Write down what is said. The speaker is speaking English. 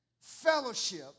fellowship